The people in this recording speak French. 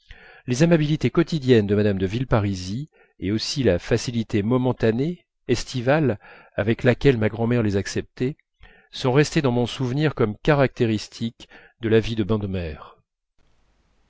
les amabilités quotidiennes de mme de villeparisis et aussi la facilité momentanée estivale avec laquelle ma grand'mère les acceptait sont restées dans mon souvenir comme caractéristiques de la vie de bains de mer